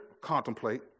contemplate